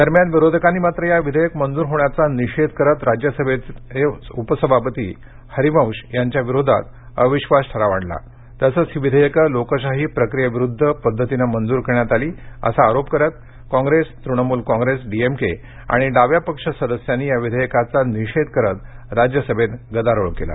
दरम्यान विरोधकांनी मात्र या विधेयक मंजुर होण्याचा निषेध करत राज्यसभेचे उपसभापती हरिवंश यांच्या विरोधात अविब्वास ठराव आणला तसंच ही विधेयक लोकशाही प्रक्रियेविरुद्ध पद्धतीनं मंजूर करण्यात आली असा आरोप करत कॉप्रेस तृणमूल कॉप्रेस डीएमके आणि डाव्या पक्ष सदस्यांनी या विधेयकाचा निषेध करत राज्यसभेत गदारोळ केला